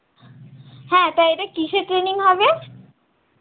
হ্যাঁ তা এটা কীসের ট্রেনিং হবে